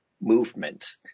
movement